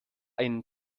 einen